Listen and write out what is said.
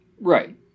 Right